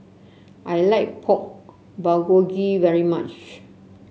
I like Pork Bulgogi very much